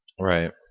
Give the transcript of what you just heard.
Right